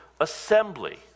assembly